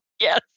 yes